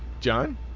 John